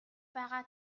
байгаа